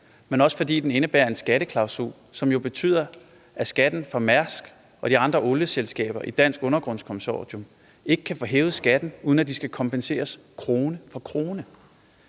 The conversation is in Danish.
men også fordi den indebærer en skatteklausul, som jo betyder, at Mærsk og de andre olieselskaber i Dansk Undergrunds Consortium ikke kan få hævet skatten, uden at de skal kompenseres krone for krone.